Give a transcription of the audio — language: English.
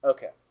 Okay